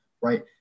Right